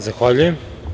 Zahvaljujem.